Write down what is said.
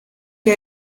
que